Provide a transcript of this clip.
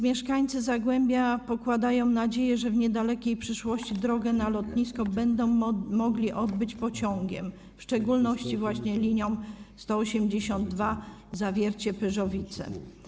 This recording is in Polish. Mieszkańcy Zagłębia pokładają nadzieję w tym, że w niedalekiej przyszłości drogę na lotnisko będą mogli odbyć pociągiem, w szczególności właśnie linią nr 182 Zawiercie - Pyrzowice.